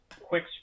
quick